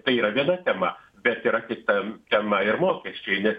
tai yra viena tema bet yra kita tema ir mokesčiai nes